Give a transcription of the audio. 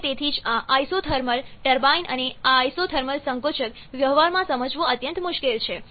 અને તેથી જ આઆઇસોથર્મલટર્બાઇન અને આઆઇસોથર્મલસંકોચક વ્યવહારમાં સમજવું અત્યંત મુશ્કેલ છે